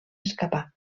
escapar